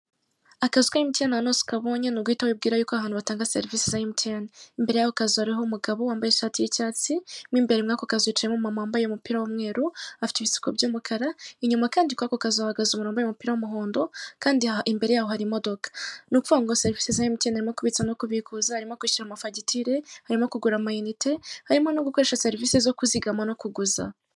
Akazu ka emutiyeni ahantu hose ukabonye ni uguhita wibwira yuko aho hantu batanga serivise za emutiyeni. Imbere y'ako kazu hariho umugabo wambaye ishati y'icyatsi, mo imbere mw'ako kazu hicayemo umumama wambaye umupira w'umweru afite ibisuko by'umukara, inyuma kandi kw'ako kazu hahagaze umuntu wambaye umupira w'umuhondo kandi imbere y'aho hari imodoka. Ni ukuvuga ngo serivise za emutiyeni harimo kubitsa no kubikuza, harimo kwishyura amafagitire, hari no kugura ama inite, harimo no gukoresha serivise zo kuzigama no kuguza.